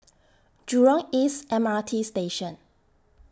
Jurong East M R T Station